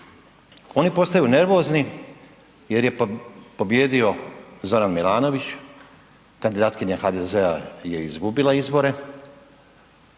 Oni postaju nervozni jer je pobijedio Zoran Milanović, kandidatkinja HDZ-a je izgubila izbore,